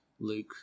Luke